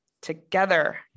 together